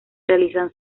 realizan